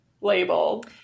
label